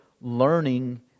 learning